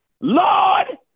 Lord